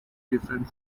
different